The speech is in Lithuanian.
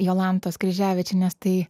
jolantos kryževičienės tai